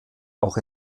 auch